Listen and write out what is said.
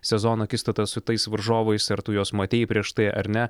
sezono akistata su tais varžovais ar tu juos matei prieš tai ar ne